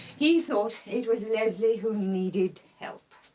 he thought it was leslie who needed help.